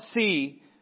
see